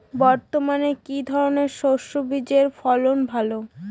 বর্তমানে কি ধরনের সরষে বীজের ফলন ভালো?